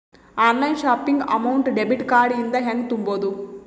Online shopping amount debit card ಇಂದ ಹೆಂಗ್ ತುಂಬೊದು?